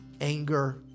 anger